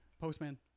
postman